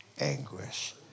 anguish